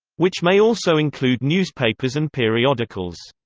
which may also include newspapers and periodicals.